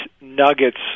nuggets